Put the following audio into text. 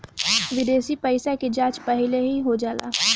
विदेशी पइसा के जाँच पहिलही हो जाला